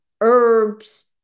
herbs